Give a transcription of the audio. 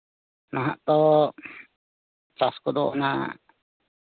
ᱱᱟᱦᱟᱜ ᱫᱚ ᱪᱟᱥ ᱠᱚᱫᱚ ᱚᱱᱟ